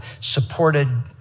supported